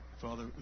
Father